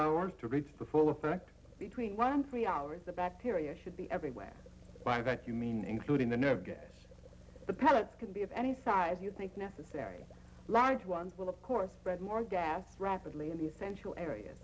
hours to reach for full effect between one and three hours the bacteria should be everywhere by that you mean including the nerve gas the pellets can be of any size you think necessary large ones will of course read more gas rapidly in the essential area